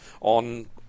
on